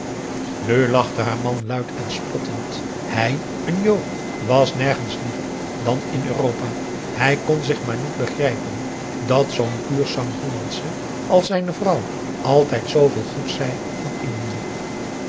nu lachte haar man luid en spottend hij een njo was nergens liever dan in europa hij kon zich maar niet begrijpen dat zoo'n pur sang hollandsche als zijne vrouw altijd zooveel goeds zei van indië